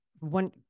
one